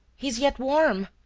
he is yet warm!